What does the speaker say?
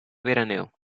veraneo